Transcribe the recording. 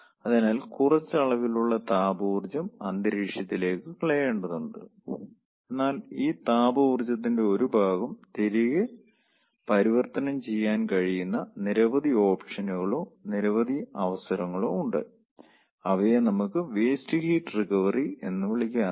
അതിനാൽ കുറച്ച് അളവിലുള്ള താപ ഊർജ്ജം അന്തരീക്ഷത്തിലേക്ക് കളയേണ്ടതുണ്ട് എന്നാൽ ഈ താപ ഊർജ്ജത്തിന്റെ ഒരു ഭാഗം തിരികെ പരിവർത്തനം ചെയ്യാൻ കഴിയുന്ന നിരവധി ഓപ്ഷനുകളോ നിരവധി അവസരങ്ങളോ ഉണ്ട് അവയെ നമുക്ക് വേസ്റ്റ് ഹീറ്റ് റിക്കവറി എന്ന് വിളിക്കാനാകും